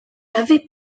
avait